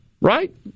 right